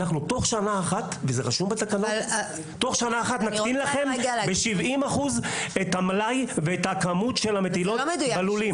תוך שנה אחת נקטין לכם ב-70% את המלאי ואת הכמות של המטילות בלולים.